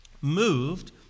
moved